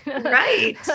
Right